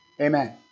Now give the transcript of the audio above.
Amen